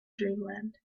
dreamland